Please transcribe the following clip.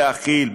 להכיל,